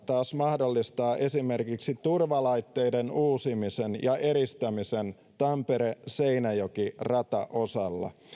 taas mahdollistaa esimerkiksi turvalaitteiden uusimisen ja eristämisen tampere seinäjoki rataosalla